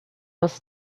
was